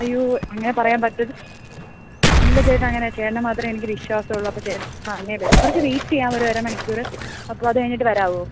അയ്യോ അങ്ങനെ പറയാൻ പറ്റില്ല ഇല്ല ചേട്ടാ എനിക്ക് ചേട്ടനേ മാത്രമേ എനിക്ക് വിശ്വാസമുള്ളു അപ്പം ചേട്ടൻ വന്നേ പറ്റു കുറച്ച് വേയ്റ്റ് ചെയ്യാം ഒരു അര മണിക്കൂറ് അപ്പം അത് കഴിഞ്ഞിട്ട് വരാവോ